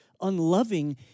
unloving